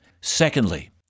Secondly